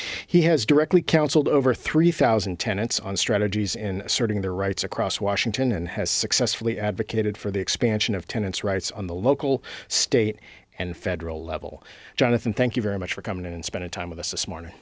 he has directly counseled over three thousand tenets on strategies in sorting their rights across washington and has successfully advocated for the expansion of tenants rights on the local state and federal level jonathan thank you very much for coming in and spending time with us this morning